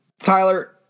Tyler